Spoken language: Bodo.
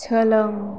सोलों